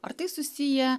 ar tai susiję